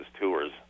tours